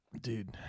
Dude